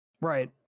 Right